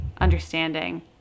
understanding